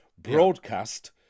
Broadcast